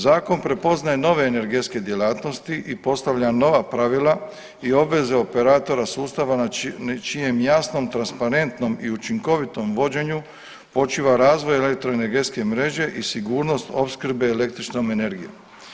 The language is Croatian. Zakon prepoznaje nove energetske djelatnosti i postavlja nova pravila i obveze operatora sustava na čijem jasnom, transparentnom i učinkovitom vođenju počiva razvoj elektroenergetske mreže i sigurnost opskrbe električnom energijom.